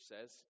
says